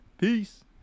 Peace